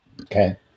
Okay